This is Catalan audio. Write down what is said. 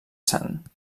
sant